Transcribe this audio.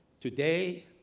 Today